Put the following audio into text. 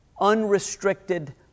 unrestricted